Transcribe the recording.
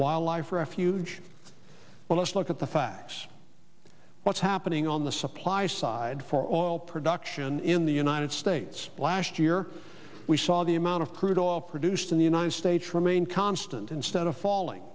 wildlife refuge well let's look at the facts what's happening on the supply side for oil production in the united states last year we saw the amount of crude oil produced in the united states remain constant instead of falling